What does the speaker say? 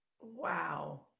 Wow